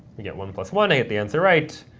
we get one plus one. i get the answer right.